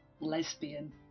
lesbian